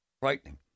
Frightening